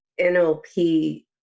nlp